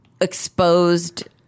exposed